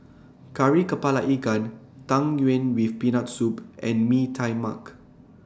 Kari Kepala Ikan Tang Yuen with Peanut Soup and Mee Tai Mak